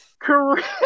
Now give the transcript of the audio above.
Correct